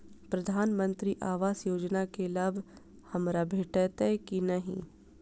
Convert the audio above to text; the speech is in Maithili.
प्रधानमंत्री आवास योजना केँ लाभ हमरा भेटतय की नहि?